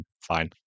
fine